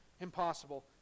impossible